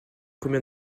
combien